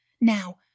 Now